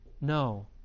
No